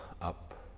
up